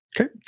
Okay